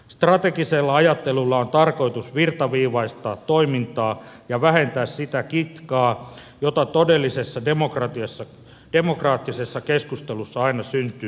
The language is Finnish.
strategisella ajattelulla on tarkoitus virtaviivaistaa toimintaa ja vähentää sitä kitkaa jota todellisessa demokraattisessa keskustelussa aina syntyy